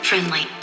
Friendly